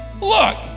Look